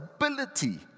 ability